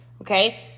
okay